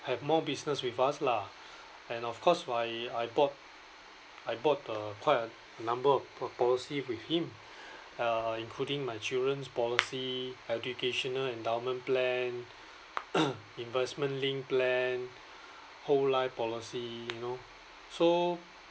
have more business with us lah and of course I I bought I bought the quite a number of po~ policy with him uh including my children's policy educational endowment plan investment linked plan whole life policy you know so